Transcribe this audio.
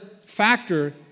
factor